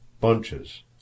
bunches